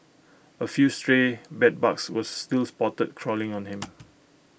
A few stray bedbugs were still spotted crawling on him